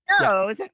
no